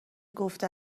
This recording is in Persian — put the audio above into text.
گفته